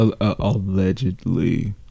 allegedly